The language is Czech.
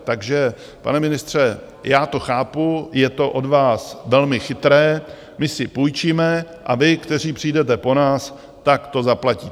Takže, pane ministře, já to chápu, je to od vás velmi chytré, my si půjčíme a vy, kteří přijdete po nás, tak to zaplatíte.